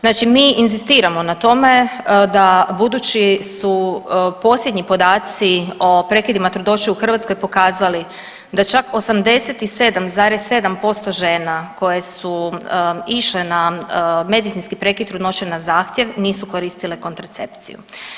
Znači mi inzistiramo na tome da budući su posljednji podaci o prekidima trudnoće u Hrvatskoj pokazali da čak 87,7% žena koje su išle na medicinski prekid trudnoće na zahtjev nisu koristile kontracepciju.